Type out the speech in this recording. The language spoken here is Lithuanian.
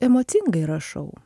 emocingai rašau